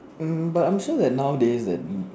um but I'm sure nowadays then